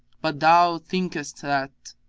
but thou thinkest that,